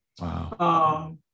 Wow